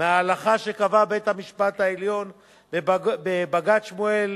מההלכה שקבע בית-המשפט העליון בבג"ץ שמואל